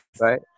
right